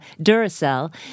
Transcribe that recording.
Duracell